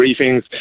briefings